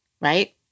right